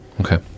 Okay